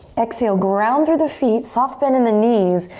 exhale, ground through the feet, soft bend in the knees.